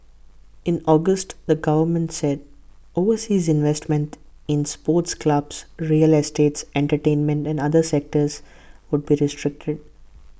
in August the government said overseas investments in sports clubs real estates entertainment and other sectors would be